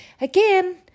again